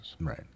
Right